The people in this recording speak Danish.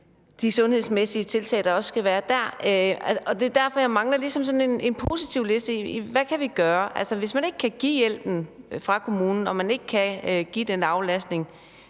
de sundhedsmæssige tiltag, der også skal være der? Jeg mangler ligesom en positivliste over, hvad vi kan gøre. Hvis ikke man kan give hjælpen fra kommunens side, og hvis ikke man kan give den aflastning,